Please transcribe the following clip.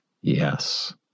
Yes